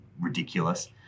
ridiculous